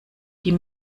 die